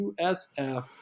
USF